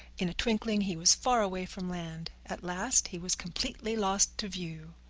in a twinkling, he was far away from land. at last he was completely lost to view.